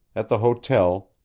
at the hotel,